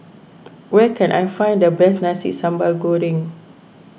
where can I find the best Nasi Sambal Goreng